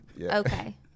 okay